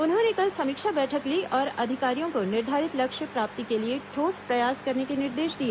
उन्होंने कल समीक्षा बैठक ली और अधिकारियों को निर्धारित लक्ष्य प्राप्ति के लिए ठोस प्र यास करने के निर्देश दिए